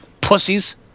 Pussies